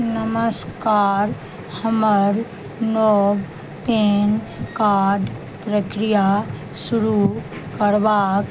नमस्कार हमर नव पेन कार्ड प्रक्रिया शुरू करबाक